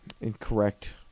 incorrect